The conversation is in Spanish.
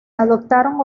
adoptaron